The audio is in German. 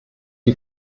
die